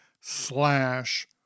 slash